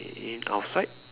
in outside